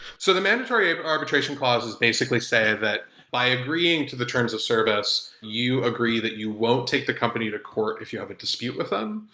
so the mandatory arbitration clauses basically say that by agreeing to the terms of service you agree that you won't take the company to court if you have a dispute with them.